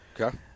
Okay